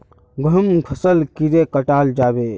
गहुम फसल कीड़े कटाल जाबे?